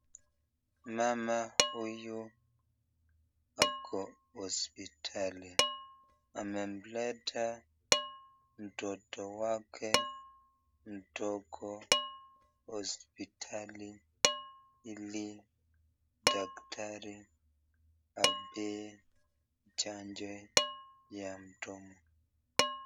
Mama huyu ako hosiptali, amemleta mtoto wake mdogo hosiptali ili daktari ampee chanjo ya mdomo.